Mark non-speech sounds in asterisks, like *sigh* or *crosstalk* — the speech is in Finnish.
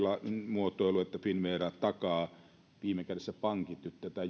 muotoilua että finnvera takaa ja viime kädessä pankit nyt tätä *unintelligible*